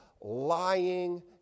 lying